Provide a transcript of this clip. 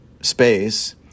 space